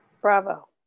Bravo